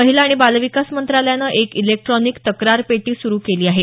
महिला आणि बाल विकास मंत्रालयानं एक इलेक्ट्रॉनिक तक्रारपेटी सुरु केली आहे